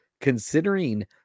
considering